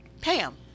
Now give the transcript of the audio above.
Pam